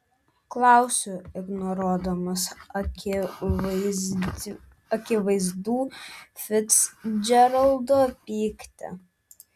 klausiu ignoruodamas akivaizdų ficdžeraldo pyktį